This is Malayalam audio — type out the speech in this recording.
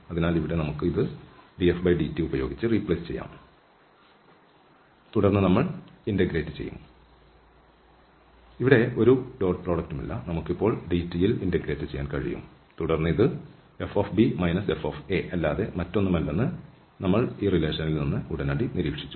അതിനാൽ ഇവിടെ നമുക്ക് ഇത് dfdt ഉപയോഗിച്ച് റീപ്ലേസ് ചെയ്യാം തുടർന്ന് നമ്മൾ ഇന്റഗ്രേറ്റ് ചെയ്യും ഇവിടെ ഒരു ഡോട്ട് പ്രോഡക്റ്റ്മില്ല നമുക്ക് ഇപ്പോൾ dt യിൽ ഇന്റഗ്രേറ്റ് ചെയ്യാൻ കഴിയും തുടർന്ന് ഇത് fb f അല്ലാതെ മറ്റൊന്നുമല്ലെന്ന് നമ്മൾ ഈ ബന്ധത്തിൽ നിന്ന് ഉടനടി നിരീക്ഷിച്ചു